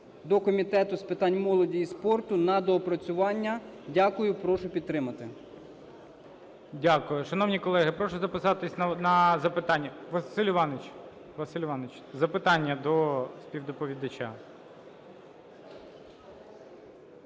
до Комітету з питань молоді і спорту на доопрацювання. Дякую. І прошу підтримати. ГОЛОВУЮЧИЙ. Дякую. Шановні колеги, прошу записатися на запитання. Василь Іванович. Василь Іванович, запитання до співдоповідача.